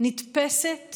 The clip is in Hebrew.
נתפסת